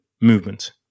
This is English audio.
movement